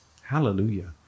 Hallelujah